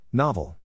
Novel